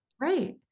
right